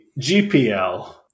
GPL